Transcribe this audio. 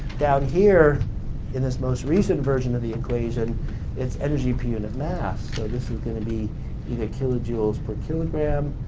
down here in this most recent version of the equation it's energy unit and of mass. so, this is going to be either kilojoules per kilogram